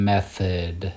Method